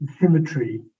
symmetry